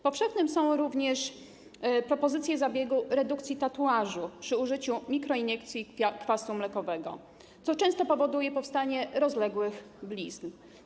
Powszechne są również propozycje zabiegu redukcji tatuażu przy użyciu mikroiniekcji kwasu mlekowego, co często powoduje powstawanie rozległych blizn.